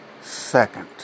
second